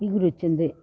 ఇగురొచ్చింది